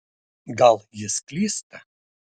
gal jis klysta